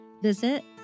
visit